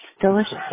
Delicious